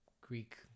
Greek